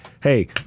Hey